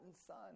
son